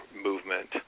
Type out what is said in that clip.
movement